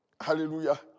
Hallelujah